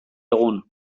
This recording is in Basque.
egun